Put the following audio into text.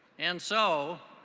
and so,